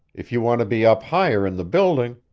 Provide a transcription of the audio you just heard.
if you want to be up higher in the building